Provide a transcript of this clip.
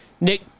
Nick